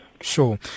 Sure